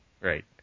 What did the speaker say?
Right